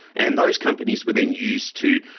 and those companies were then used to,